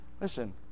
Listen